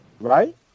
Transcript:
right